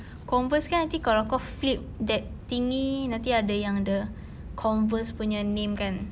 converse kan nanti kalau flip that thingy nanti ada yang the converse punya name kan